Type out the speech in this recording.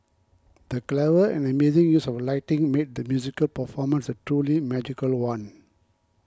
the clever and amazing use of lighting made the musical performance a truly magical one